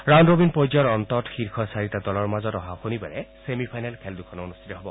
ৰাউণু ৰবীণ পৰ্যায়ৰ অন্তত শীৰ্যৰ চাৰিটা দলৰ মাজত অহা শনিবাৰে ছেমি ফাইনেল খেল দুখন অনুষ্ঠিত হ'ব